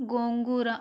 గోంగూర